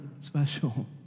special